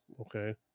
okay